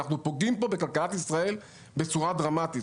אנחנו פוגעים פה בכלכלת ישראל בצורה דרמטית.